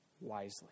wisely